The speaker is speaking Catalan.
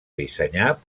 dissenyar